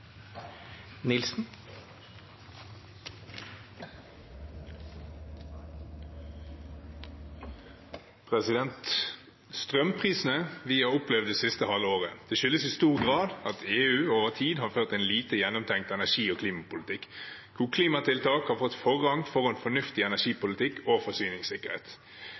vi har opplevd det siste halve året, skyldes i stor grad at EU over tid har ført en lite gjennomtenkt energi- og klimapolitikk, hvor klimatiltak har fått forrang foran fornuftig energipolitikk og forsyningssikkerhet.